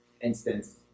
instance